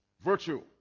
virtue